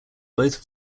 both